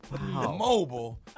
Mobile